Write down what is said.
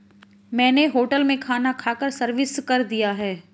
मैंने होटल में खाना खाकर सर्विस कर दिया है